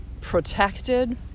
protected